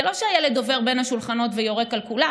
זה לא שהילד עובר בין השולחנות ויורק על כולם,